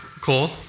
Cole